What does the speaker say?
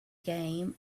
game